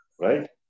right